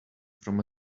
from